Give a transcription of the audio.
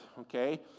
okay